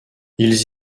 ils